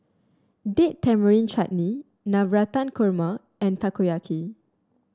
Date Tamarind Chutney Navratan Korma and Takoyaki